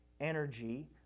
energy